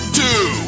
two